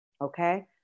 okay